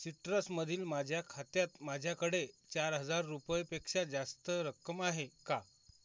सिट्रसमधील माझ्या खात्यात माझ्याकडे चारहजार रुपयापेक्षा जास्त रक्कम आहे का